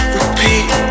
Repeat